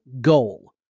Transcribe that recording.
goal